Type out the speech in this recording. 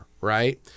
right